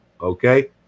Okay